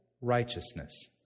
righteousness